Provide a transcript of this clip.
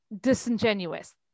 disingenuous